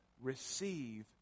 receive